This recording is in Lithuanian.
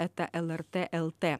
eta lrt lt